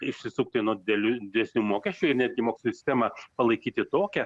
išsisukti nuo didelių didesnių mokesčių ir netgi mokesčių sistemą palaikyti tokią